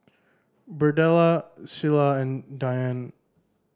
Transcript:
Birdella Cilla and Dyan